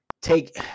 take